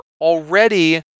already